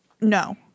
No